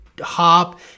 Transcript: hop